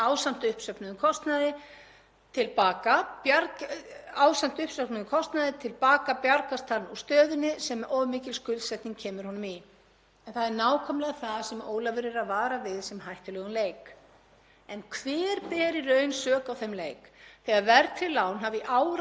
En það er nákvæmlega það sem Ólafur er að vara við sem hættulegum leik. En hver ber í raun sök á þeim leik þegar verðtryggð lán hafa í áratugi verið helsta lánsformið á Íslandi? Hver ber í raun ábyrgð á því að á tímum verðbólgu og vaxtahækkana sé þeim teflt fram sem lausn,